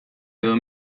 edo